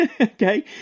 Okay